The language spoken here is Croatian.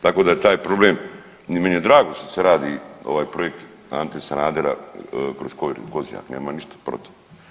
Tako da taj problem, meni je drago što se radi ovaj projekt Ante Sanadera kroz Kozjak, nemam ništa protiv.